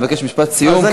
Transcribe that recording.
אני מבקש משפט סיום,